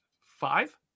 five